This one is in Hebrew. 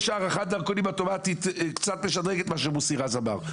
יש הארכת דרכונים אוטומטית קצת לשדרג את מה שמוסי רז אמר,